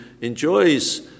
enjoys